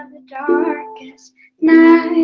and the darkest night